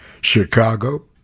Chicago